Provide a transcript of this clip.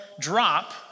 drop